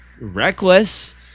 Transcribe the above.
reckless